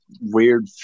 weird